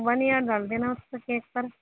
vanilla ڈال دینا اس پہ کیک پر